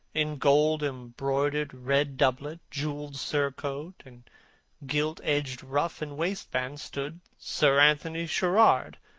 in gold-embroidered red doublet, jewelled surcoat, and gilt-edged ruff and wristbands, stood sir anthony sherard,